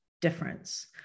difference